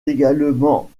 également